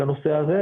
לנושא הזה,